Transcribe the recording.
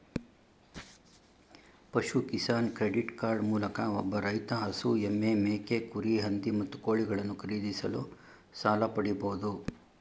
ಪಶು Kisan credit card ಮೂಲಕ ಒಬ್ಬ ರೈತ ಹಸು ಎಮ್ಮೆ ಮೇಕೆ ಕುರಿ ಹಂದಿ ಮತ್ತು ಕೋಳಿಗಳನ್ನು ಖರೀದಿಸಲು ಸಾಲ ಪಡಿಬೋದು